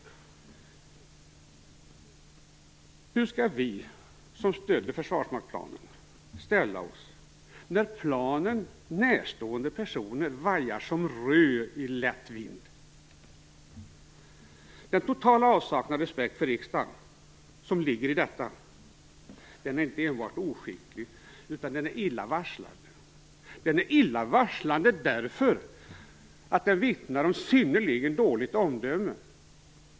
Hur skall alla vi som stöder försvarsmaktsplanen ställa oss när planen närstående personer vajar som ett rö i lätt vind? Den totala avsaknad av respekt för riksdagen som ligger i detta är inte enbart oskicklig utan också illavarslande. Den är illavarslande därför att den vittnar om synnerligen dåligt omdöme.